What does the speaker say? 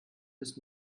bis